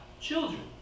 children